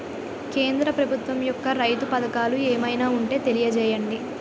కేంద్ర ప్రభుత్వం యెక్క రైతు పథకాలు ఏమైనా ఉంటే తెలియజేయండి?